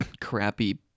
crappy